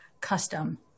custom